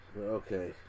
Okay